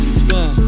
spin